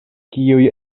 kiuj